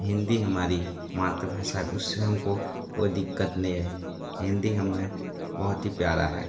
हिन्दी हमारी मात्र भाषा है उस से हम को कोई दिक्कत नहीं आई हिन्दी हमें बहुत ही प्यारा है